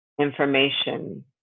information